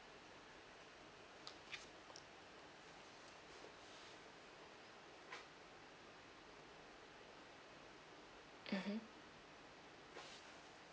mmhmm